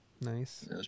Nice